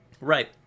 Right